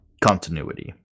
continuity